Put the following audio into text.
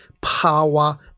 power